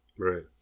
Right